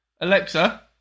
Alexa